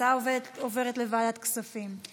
ההצעה עוברת לוועדת הכספים.